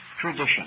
tradition